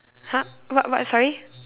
!huh! what what sorry